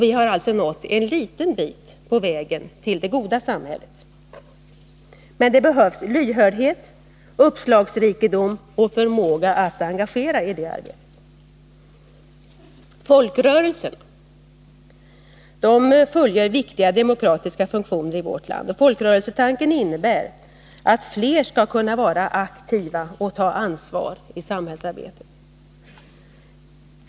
Vi har nått en litet bit på vägen till det goda samhället. Men det behövs i det arbetet lyhördhet, uppslagsrikedom och förmåga att engagera. Folkrörelserna fullgör viktiga demokratiska funktioner i vårt land. Folkrörelsetanken innebär att fler skall kunna vara aktiva och ta ansvar i samhällsarbetet.